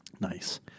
Nice